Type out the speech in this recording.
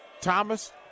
Thomas